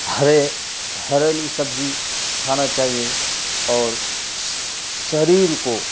ہرے ہریلو سبزی کھانا چاہیے اور شریر کو